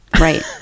right